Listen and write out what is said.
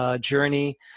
journey